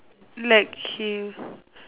like he